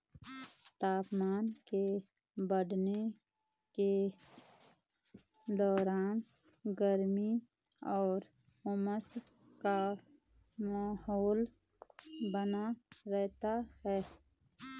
तापमान के बढ़ने के दौरान गर्मी और उमस का माहौल बना रहता है